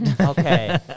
okay